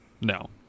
No